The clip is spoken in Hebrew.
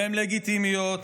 והן לגיטימיות.